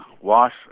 wash